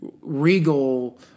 regal